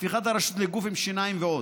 הפיכת הרשות לגוף עם שיניים, ועוד.